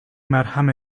مرهم